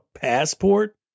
passport